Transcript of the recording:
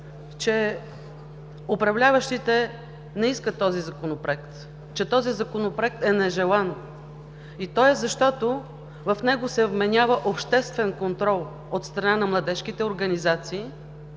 че управляващите не искат този Законопроект, че този Законопроект е нежелан, и то е, защото в него се вменява обществен контрол от страна на младежките организации